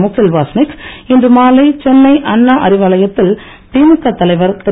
முகில் வாஸ்னிக் இன்று மாலை சென்னை அண்ணா அறிவாலயத்தில் திமுக தலைவர் திரு